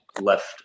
left